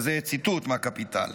וזה ציטוט מהקפיטל.